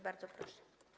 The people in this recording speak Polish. Bardzo proszę.